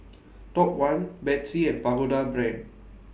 Top one Betsy and Pagoda Brand